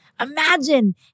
Imagine